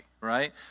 right